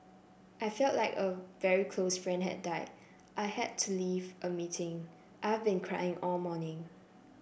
I feel like a very close friend had died I had to leave a meeting I've been crying all morning